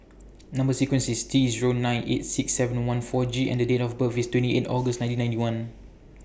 Number sequence IS T Zero nine eight six seven one four G and Date of birth IS twenty eight August nineteen ninety one